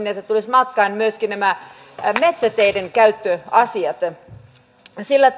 että tulisivat matkaan myöskin nämä metsäteiden käyttöasiat sillä